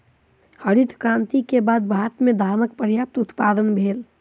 हरित क्रांति के बाद भारत में धानक पर्यात उत्पादन भेल